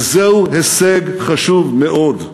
וזהו הישג חשוב מאוד.